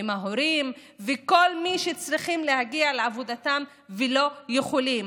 ההורים וכל מי שצריכים להגיע לעבודתם ולא יכולים.